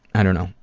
i don't know.